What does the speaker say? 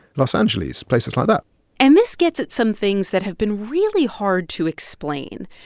los angeles places like that and this gets at some things that have been really hard to explain,